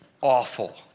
awful